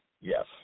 yes